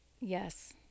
yes